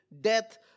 death